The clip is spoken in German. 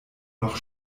noch